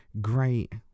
great